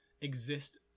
exist